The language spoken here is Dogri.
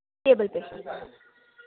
टेबल पे